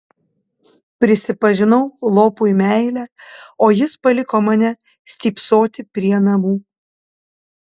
prisipažinau lopui meilę o jis paliko mane stypsoti prie namų